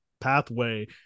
pathway